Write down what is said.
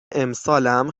امسالم